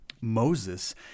Moses